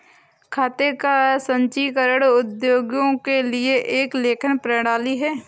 खाते का संचीकरण उद्योगों के लिए एक लेखन प्रणाली है